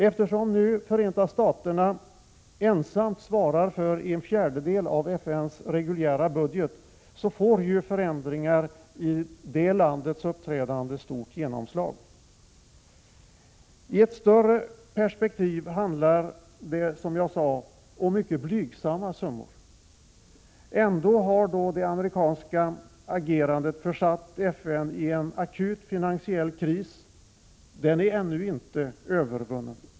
Eftersom Förenta Staterna ensamt svarar för en fjärdedel av FN:s reguljära budget, får förändringar i det landets uppträdande stort genomslag. I ett större perspektiv handlar det, som jag sade, om mycket blygsamma summor. Ändå har det amerikanska agerandet försatt FN i en akut finansiell kris. Den är ännu inte övervunnen.